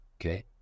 okay